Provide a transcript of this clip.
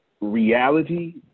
reality